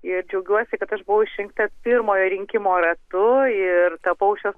ir džiaugiuosi kad aš buvau išrinkta pirmojo rinkimo ratu ir tapau šios